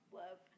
love